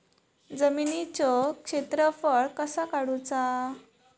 जमिनीचो क्षेत्रफळ कसा काढुचा?